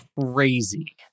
crazy